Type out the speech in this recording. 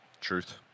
Truth